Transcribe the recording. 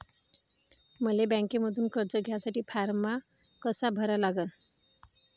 मले बँकेमंधून कर्ज घ्यासाठी फारम कसा भरा लागन?